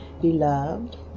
beloved